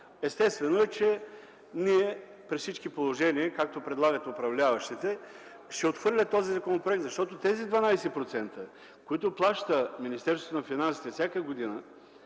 естествено е, че при всички положения, както предлагат управляващите, ще отхвърлят този законопроект, защото тези 12%, които Министерството на